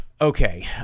Okay